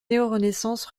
néorenaissance